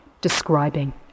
describing